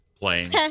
playing